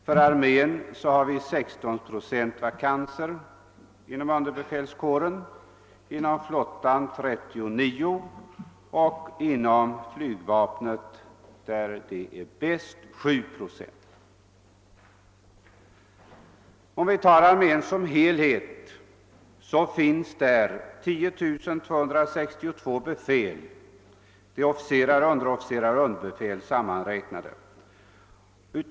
Inom armén är det 16 procent vakanser bland underbefälskåren, inom flottan 39 procent och inom flygvapnet, där det är bäst, 7 procent. I armén som helhet finns det 10 262 tjänster för befäl—officerare, underofficerare och underbefäl sammanräknade.